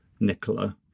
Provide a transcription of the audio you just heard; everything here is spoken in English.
Nicola